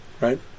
right